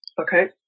Okay